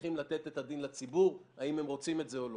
צריכות לתת את הדין לציבור האם הן רוצות את זה או לא.